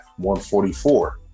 144